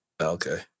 Okay